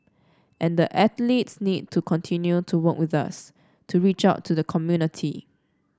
and the athletes need to continue to work with us to reach out to the community